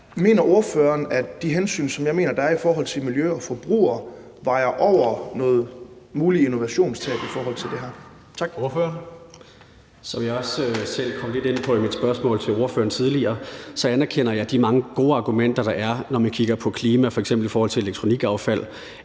Mener ordføreren, at de hensyn, som jeg mener der er i forhold til miljø og forbruger, vejer over noget muligt innovationstab i forhold til det her? Tak. Kl. 14:13 Tredje næstformand (Karsten Hønge): Ordføreren. Kl. 14:13 Alexander Ryle (LA): Som jeg også selv kom lidt ind på i mit spørgsmål til ordføreren tidligere, anerkender jeg de mange gode argumenter, der er, når man kigger på klima, f.eks. i forhold til elektronikaffald.